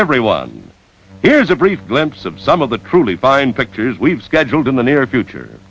everyone here's a brief glimpse of some of the truly bind pictures we've scheduled in the near future